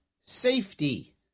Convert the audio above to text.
safety